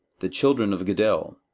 the children of giddel,